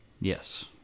yes